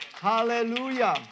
Hallelujah